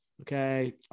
Okay